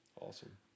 Awesome